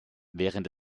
während